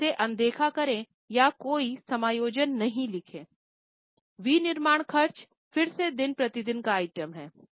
तो इसे अनदेखा करें या कोई समायोजन नहीं लिखें विनिर्माण खर्च फिर से दिन प्रतिदिन का आइटम है